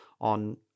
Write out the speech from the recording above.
on